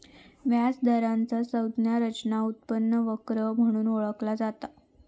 व्याज दराचा संज्ञा रचना उत्पन्न वक्र म्हणून ओळखला जाता